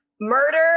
Murder